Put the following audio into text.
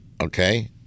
Okay